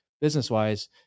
business-wise